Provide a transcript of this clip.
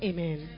Amen